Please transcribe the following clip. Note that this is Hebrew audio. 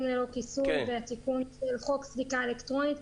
ללא כיסוי והתיקון לחוק סליקה אלקטרונית,